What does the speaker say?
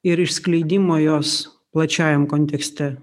ir išskleidimo jos plačiajam kontekste